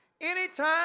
Anytime